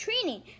training